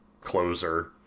closer